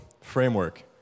framework